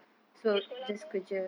you sekolah apa ah